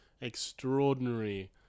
extraordinary